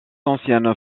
ancienne